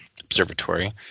Observatory